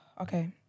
Okay